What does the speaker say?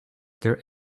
their